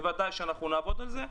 בוודאי שאנחנו נעבוד על זה.